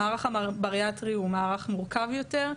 המערך הבריאטרי הוא מערך מורכב יותר.